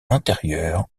intérieure